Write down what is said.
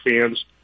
fans